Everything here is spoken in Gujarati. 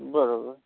બરાબર